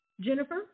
Jennifer